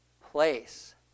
place